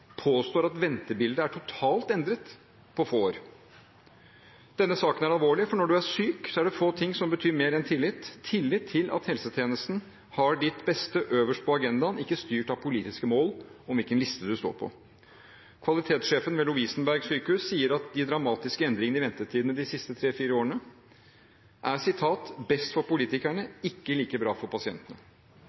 påstår at ventebildet er totalt endret på få år. Denne saken er alvorlig, for når du er syk, er det få ting som betyr mer enn tillit, tillit til at helsetjenesten har ditt beste øverst på agendaen, ikke styrt av politiske mål om hvilken liste du står på. Kvalitetssjefen ved Lovisenberg sykehus sier at de dramatiske endringene i ventetidene de siste tre–fire årene er «best for politikerne, ikke like bra for pasientene».